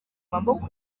maboko